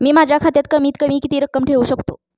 मी माझ्या खात्यात कमीत कमी किती रक्कम ठेऊ शकतो?